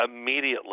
immediately